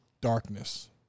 darkness